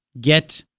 get